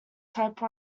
type